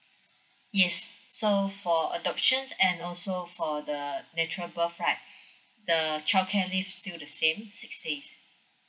yes so for adoptions and also for the natural birth right the childcare leave still the same six days